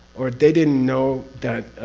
or they didn't know that.